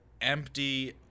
empty